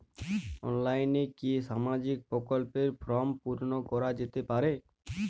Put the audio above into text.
অনলাইনে কি সামাজিক প্রকল্পর ফর্ম পূর্ন করা যেতে পারে?